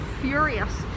furious